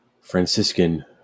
Franciscan